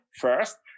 first